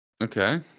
Okay